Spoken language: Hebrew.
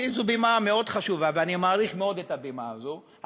כי זו בימה מאוד חשובה ואני מעריך מאוד את הבימה הזאת,